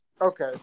okay